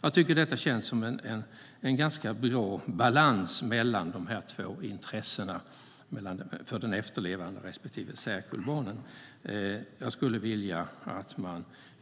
Jag tycker att detta känns som en ganska bra balans mellan de två intressena, den efterlevande maken respektive särkullbarnen. Jag skulle vilja att vi